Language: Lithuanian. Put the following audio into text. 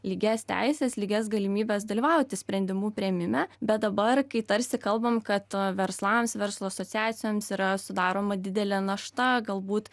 lygias teises lygias galimybes dalyvauti sprendimų priėmime bet dabar kai tarsi kalbam kad verslams verslo asociacijoms yra sudaroma didelė našta galbūt